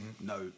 No